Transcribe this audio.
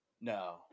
No